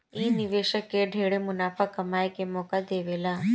इ निवेशक के ढेरे मुनाफा कमाए के मौका दे देवेला